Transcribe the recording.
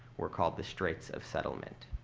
were called the straits of settlement.